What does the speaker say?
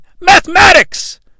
Mathematics